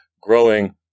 growing